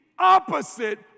opposite